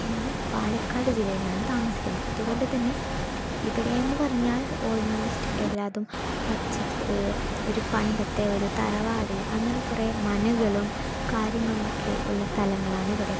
ഞാൻ പാലക്കാട് ജില്ലയിലാണ് താമസിക്കുന്നത് അതുകൊണ്ടുതന്നെ ഇവിടെ എന്ന് പറഞ്ഞാൽ ഓൾമോസ്റ്റ് ഏല്ലായിതും പച്ചപ്പ് ഒരു പണ്ടത്തെ ഒരു തറവാട് അങ്ങനെ കുറേ മനകളും കാര്യങ്ങളും ഒക്കെ ഉള്ള സ്ഥലങ്ങളാണ് ഇവിടെ